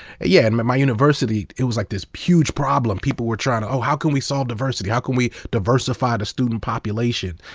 yeah and at my university, it was like this huge problem. people were trying to, oh, how can we solve diversity, how can we diversify the student population?